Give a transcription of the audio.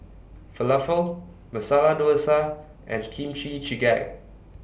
Falafel Masala Dosa and Kimchi Jjigae